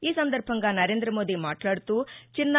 ఈ సందర్బంగా నరేంద్రమోదీ మాట్లాడుతూ చిన్న